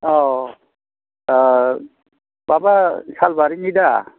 औ ओ माबा सालबारिनि दा